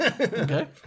Okay